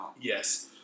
Yes